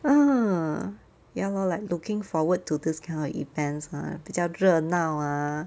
ah ya lor like looking forward to this kind of events lah 比较热闹 ah